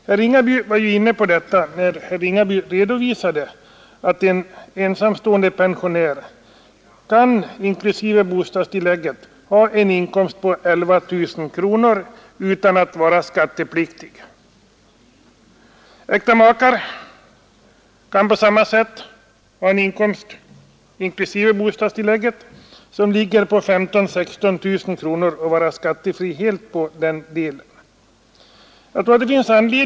Herr Ringaby var inne på detta, när han redovisade att en ensamstående pensionär kan, inklusive bostadstillägget, ha en inkomst på 11 000 kronor utan att behöva betala skatt. Äkta makar kan på samma sätt ha en inkomst, inklusive bostadstillägget, på 15 000—16 000 kronor och vara helt skattefria.